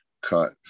cut